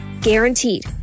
Guaranteed